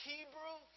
Hebrew